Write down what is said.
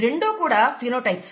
రెండూ కూడా ఫినోటైప్స్